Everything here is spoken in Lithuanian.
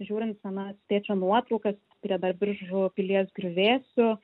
žiūrint senas tėčio nuotraukas prie dar biržų pilies griuvėsių